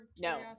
no